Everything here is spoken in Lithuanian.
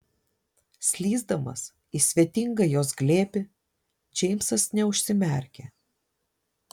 slysdamas į svetingą jos glėbį džeimsas neužsimerkė